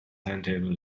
timetable